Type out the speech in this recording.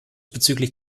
bezüglich